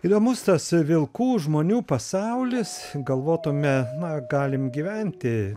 įdomus tas vilkų žmonių pasaulis galvotume na galim gyventi